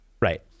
Right